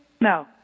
No